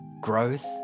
growth